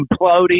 imploding